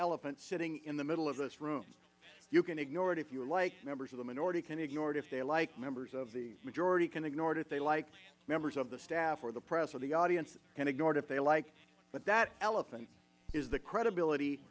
elephant sitting in the middle of this room you can ignore if you like members of the minority can ignore it if they like members of the majority can ignore it if they like members of the staff or the press or the audience can ignore it if they like but that elephant is the credibility